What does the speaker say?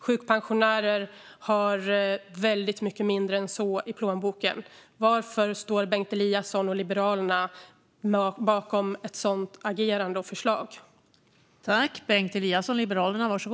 Sjukpensionärer har väldigt mycket mindre än så i plånboken. Varför står Bengt Eliasson och Liberalerna bakom ett sådant agerande och förslag?